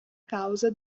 causa